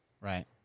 Right